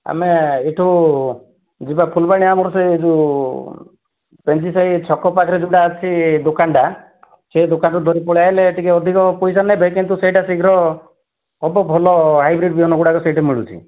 ଆମେ ଏଇଠୁ ଯିବା ଫୁଲବାଣୀ ଆମର ସେ ଯେଉଁ ପେଂଜିସାହି ଛକ ପାଖରେ ଯେଉଁଟା ଅଛି ଦୋକାନଟା ସେ ଦୋକାନରୁ ଧରିକି ପଳେଇ ଆସିଲେ ଟିକିଏ ଅଧିକ ପଇସା ନେବେ କିନ୍ତୁ ସେଇଟା ଶୀଘ୍ର ହେବ ଭଲ ହାଇବ୍ରିଡ଼୍ ବିହନଗୁଡ଼ାକ ସେଇଠି ମିଳୁଛି